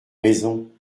raison